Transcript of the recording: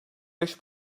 beş